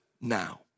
now